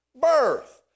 birth